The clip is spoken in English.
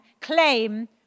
claim